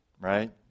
right